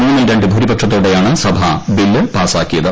മൂന്നിൽ ര ് ഭൂരിപക്ഷത്തോടെയാണ് സഭ ബിൽ പാസാക്കിയത്